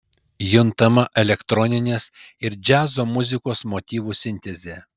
juntama elektroninės ir džiazo muzikos motyvų sintezė